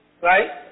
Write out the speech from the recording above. right